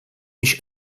mich